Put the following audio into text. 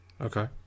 Okay